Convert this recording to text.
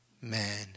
Man